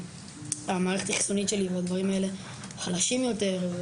המערכת החיסונית שלי והדברים האלה חלשים יותר.